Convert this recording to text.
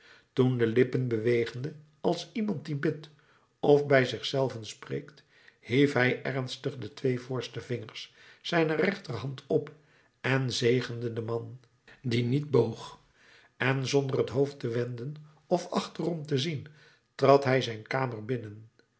toen de lippen bewegende als iemand die bidt of bij zich zelven spreekt hief hij ernstig de twee voorste vingers zijner rechterhand op en zegende den man die niet boog en zonder het hoofd te wenden of achterom te zien trad hij zijn kamer binnen